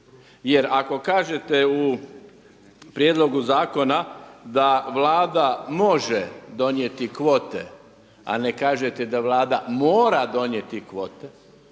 Jer ako kažete u prijedlogu zakona da Vlada može donijeti kvote a ne kažete da Vlada mora donijeti kvote,